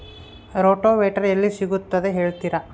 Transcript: Rotavator ಎಲ್ಲಿ ಸಿಗುತ್ತದೆ ಹೇಳ್ತೇರಾ?